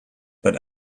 but